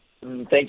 Thank